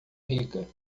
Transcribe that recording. rica